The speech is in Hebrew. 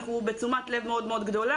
אנחנו שמים תשומת לב מאוד גדולה.